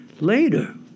later